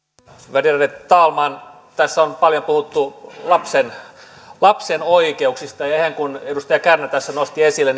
värderade talman tässä on paljon puhuttu lapsen lapsen oikeuksista ja ihan niin kuin edustaja kärnä tässä nosti esille